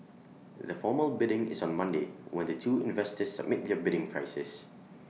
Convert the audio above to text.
the formal bidding is on Monday when the two investors submit their bidding prices